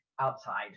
outside